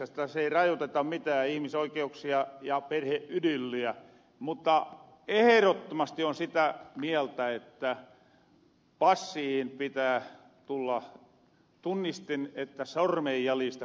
täs ei rajoiteta mitään ihmisoikeuksia ja perheidylliä mutta ehrottomasti oon sitä mieltä että passihin pitää tulla tunnistin että sormenjäljistä pystytähän tunnistamahan